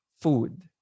food